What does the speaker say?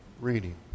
reading